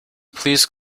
please